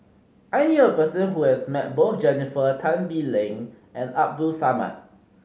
I knew a person who has met both Jennifer Tan Bee Leng and Abdul Samad